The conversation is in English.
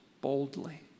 boldly